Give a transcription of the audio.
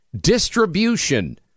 distribution